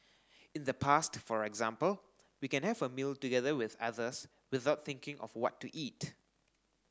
in the past for example we can have a meal together with others without thinking of what to eat